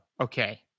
Okay